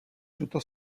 tuto